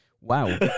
wow